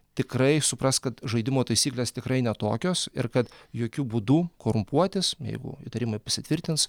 tikrai supras kad žaidimo taisyklės tikrai ne tokios ir kad jokių būdų korumpuotis jeigu įtarimai pasitvirtins